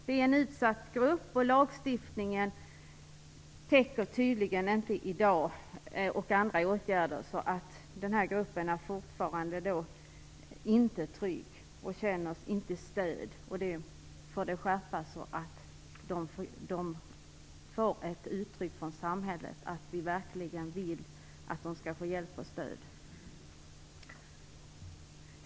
Det gäller en utsatt grupp, för vilken lagstiftning och andra åtgärder i dag tydligen inte är tillräckliga. Den är fortfarande inte trygg och känner sig inte ha stöd. Det bör ske en skärpning, så att dessa människor känner att samhället verkligen vill att de skall få hjälp och stöd.